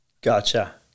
Gotcha